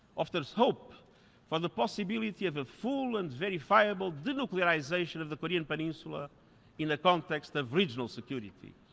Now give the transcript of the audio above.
offers hope for the possibility of a full and verifiable denuclearization of the korean peninsula in a context of regional security.